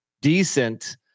decent